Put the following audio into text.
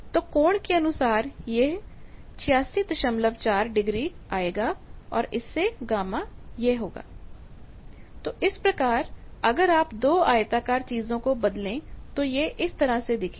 तो कोण के अनुसार यह 864 डिग्री आएगा तो इससे गामा यह होगा Γ02e j864°00126 j 01996 तो इस प्रकार अगर आप दो आयताकार चीजों को बदलें तो यह इस तरह से दिखेगा